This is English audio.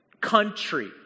country